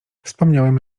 wspomniałem